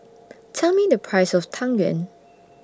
Tell Me The Price of Tang Yuen